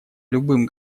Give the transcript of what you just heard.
любым